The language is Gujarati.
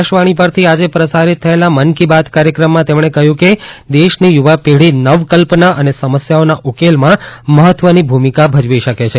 આકાશવાણી પરથી આજે પ્રસારિત થયેલા મન કી બાત કાર્યક્રમમાં તેમણે કહ્યું કે દેશની યુવા પેઢી નવકલ્પના અને સમસ્યાઓના ઉકેલમાં મહત્વની ભૂમિકા ભજવી શકે છે